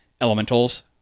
Elementals